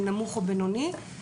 נמוך או בינוני.